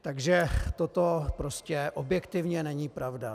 Takže toto prostě objektivně není pravda.